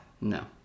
No